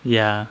ya